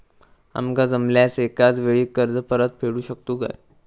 आमका जमल्यास एकाच वेळी कर्ज परत फेडू शकतू काय?